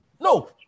No